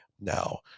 Now